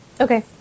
Okay